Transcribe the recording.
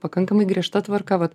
pakankamai griežta tvarka vat